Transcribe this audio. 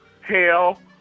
hell